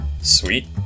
Sweet